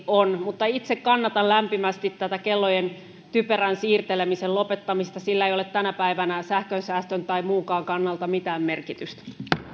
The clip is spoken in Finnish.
on mutta itse kannatan lämpimästi tätä kellojen typerän siirtelemisen lopettamista sillä ei ole tänä päivänä sähkönsäästön tai muunkaan kannalta mitään merkitystä